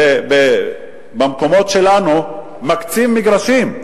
במקומות שלנו מקצים מגרשים,